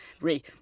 Re